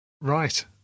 Right